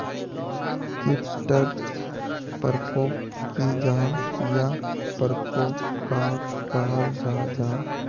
कीट टर परकोप की जाहा या परकोप कहाक कहाल जाहा जाहा?